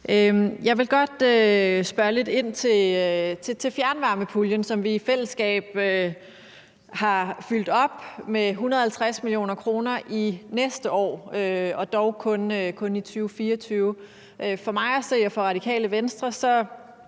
Jeg vil godt spørge lidt ind til fjernvarmepuljen, som vi i fællesskab har fyldt op med 150 mio. kr. for næste år, dog kun for 2024. For mig og Radikale Venstre at